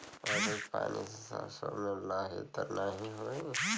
अधिक पानी से सरसो मे लाही त नाही होई?